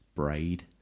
Braid